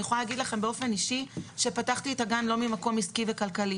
אני יכולה להגיד לכם שבאופן אישי פתחתי את הגן לא ממקום עסקי וכלכלי.